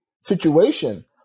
situation